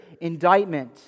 indictment